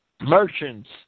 merchants